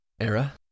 era